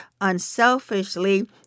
unselfishly